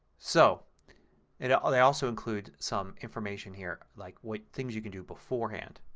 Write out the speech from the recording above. so and they also include some information here like what things you can do before hand.